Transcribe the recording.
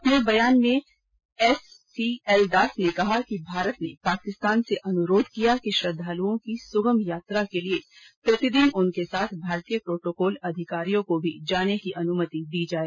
अपने बयान मेँ एस सी एल दास ने कहा कि भारत ने पाकिस्तान से अनुरोध किया है कि श्रद्वालुओं की सुगम यात्रा के लिए प्रतिदिन उनके साथ भारतीय प्रोटोकॉल अधिकारियों को भी जाने देने की अनुमति दी जाए